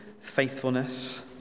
faithfulness